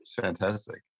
Fantastic